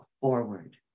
forward